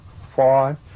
five